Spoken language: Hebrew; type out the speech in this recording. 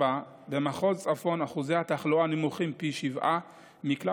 במחוז צפון אחוזי התחלואה נמוכים פי שבעה מבכלל